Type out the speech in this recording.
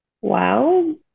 Wow